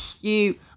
cute